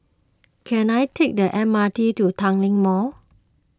can I take the M R T to Tanglin Mall